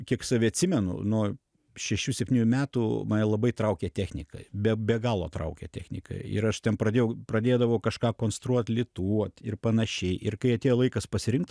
kiek save atsimenu nuo šešių septynių metų mane labai traukė technika be be galo traukė technika ir aš ten pradėjau pradėdavau kažką konstruot lituot ir panašiai ir kai atėjo laikas pasirinkt